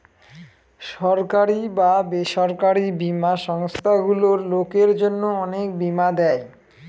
সরকারি বা বেসরকারি বীমা সংস্থারগুলো লোকের জন্য অনেক বীমা দেয়